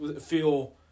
feel